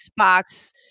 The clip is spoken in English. Xbox